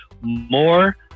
More